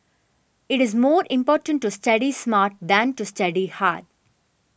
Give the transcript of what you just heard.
it is more important to study smart than to study hard